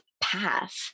path